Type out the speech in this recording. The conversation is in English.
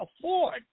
afford